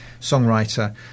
songwriter